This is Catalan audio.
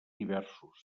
diversos